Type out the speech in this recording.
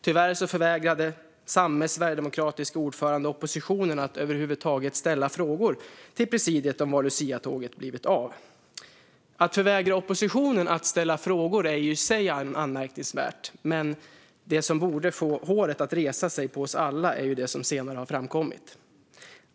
Tyvärr förvägrade samma sverigedemokratiska ordförande oppositionen att över huvud taget ställa frågor till presidiet om var luciatåget blivit av. Att förvägra oppositionen att ställa frågor är i sig anmärkningsvärt, men det som borde få håret att resa sig på oss alla är det som senare har framkommit.